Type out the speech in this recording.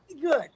good